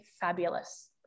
fabulous